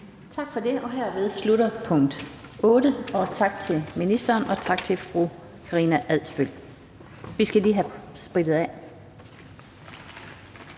Tak for det. Hermed slutter spørgsmålet. Tak til ministeren, og tak til fru Karina Adsbøl. Vi skal lige have sprittet af.